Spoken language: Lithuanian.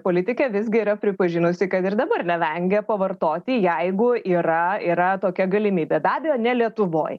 politikė visgi yra pripažinusi kad ir dabar nevengia pavartoti jeigu yra yra tokia galimybė be abejo ne lietuvoj